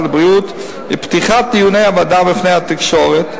הבריאות ופתיחת דיוני הוועדה בפני התקשורת,